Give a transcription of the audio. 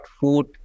food